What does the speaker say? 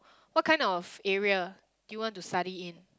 what kind of area do you want to study in